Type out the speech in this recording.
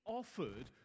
offered